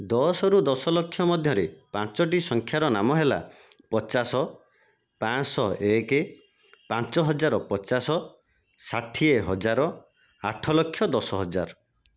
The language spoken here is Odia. ଦଶରୁ ଦଶଲକ୍ଷ ମଧ୍ୟରେ ପାଞ୍ଚଟି ସଂଖ୍ୟାର ନାମ ହେଲା ପଚାଶ ପାଞ୍ଚଶହ ଏକ ପାଞ୍ଚହଜାର ପଚାଶ ଷାଠିଏହଜାର ଆଠଲକ୍ଷ ଦଶହଜାର